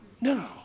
No